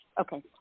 okay